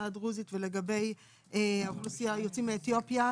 הדרוזית ולגבי אוכלוסיית היוצאים מאתיופיה,